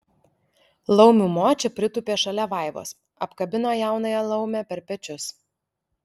laumių močia pritūpė šalia vaivos apkabino jaunąją laumę per pečius